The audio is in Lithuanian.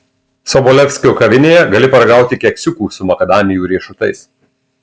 sobolevskio kavinėje gali paragauti keksiukų su makadamijų riešutais